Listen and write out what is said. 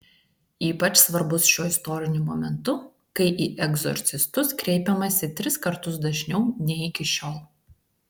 ypač svarbus šiuo istoriniu momentu kai į egzorcistus kreipiamasi tris kartus dažniau nei iki šiol